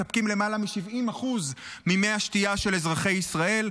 מספקים למעלה מ-70% ממי השתייה של אזרחי ישראל.